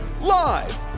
Live